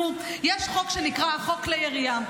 יש חוק שנקרא חוק כלי ירייה.